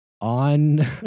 on